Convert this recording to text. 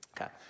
Okay